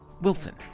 Wilson